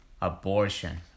abortion